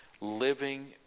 living